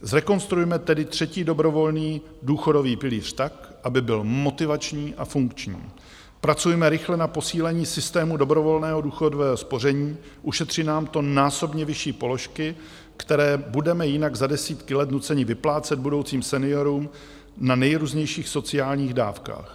Zrekonstruujme tedy třetí dobrovolný důchodový pilíř tak, aby byl motivační a funkční, pracujme rychle na posílení systému dobrovolného důchodového spoření, ušetří nám to násobně vyšší položky, které budeme jinak za desítky let nuceni vyplácet budoucím seniorům na nejrůznějších sociálních dávkách.